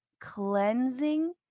cleansing